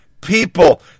people